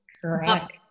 Correct